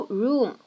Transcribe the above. room